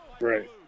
Right